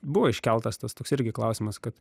buvo iškeltas tas toks irgi klausimas kad